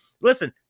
Listen